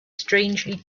strangely